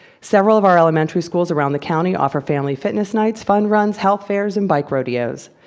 several of our elementary schools around the county offer family fitness nights, fun runs, health fairs, and bike rodeos.